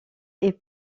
est